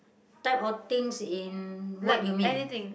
type of things in what you mean